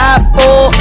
Apple